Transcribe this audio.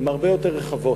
הן הרבה יותר רחבות,